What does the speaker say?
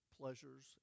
pleasures